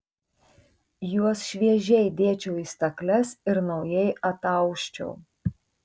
juos šviežiai dėčiau į stakles ir naujai atausčiau